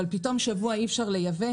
אבל פתאום שבוע אי אפשר לייבא,